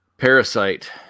parasite